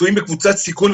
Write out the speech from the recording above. מצויים בקבוצת סיכון,